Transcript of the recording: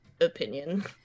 opinion